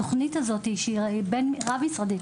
התוכנית הזאת שהיא רב משרדית,